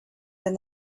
than